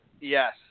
Yes